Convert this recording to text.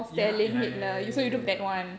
ya ya ya ya ya ya ya ya